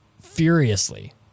furiously